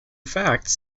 fact